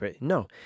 No